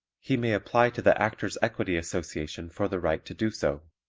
he may apply to the actors' equity association for the right to do so.